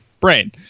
brain